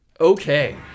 Okay